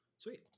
Sweet